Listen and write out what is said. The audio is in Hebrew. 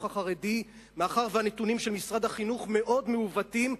החרדי מאחר שהנתונים של משרד החינוך מאוד מעוותים,